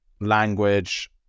language